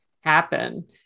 happen